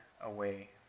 away